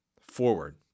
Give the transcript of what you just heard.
forward